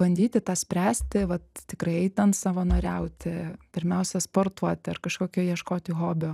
bandyti tą spręsti vat tikrai einant savanoriauti pirmiausia sportuoti ar kažkokio ieškoti hobio